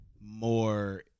more